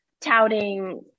touting